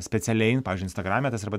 specialiai nu pavyzdžiui instagrame tas arba